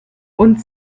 und